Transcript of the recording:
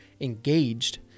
engaged